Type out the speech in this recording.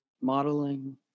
modeling